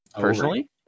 Personally